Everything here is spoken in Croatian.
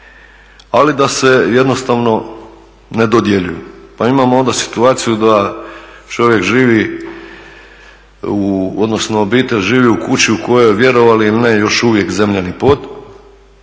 ali da se jednostavno ne dodjeljuju. Pa imamo onda situaciju da čovjek živi, odnosno obitelj živi u kući u kojoj je, vjerovali ili ne, još uvijek zemljani pod,